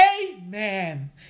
Amen